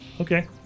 Okay